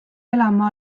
elama